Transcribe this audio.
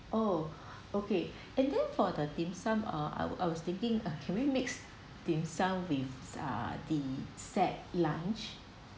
oh okay and then for the dim sum uh I I was thinking ah can we mix dim sum with uh the set lunch